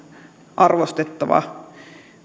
arvostettava